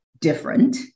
different